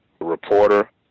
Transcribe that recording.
reporter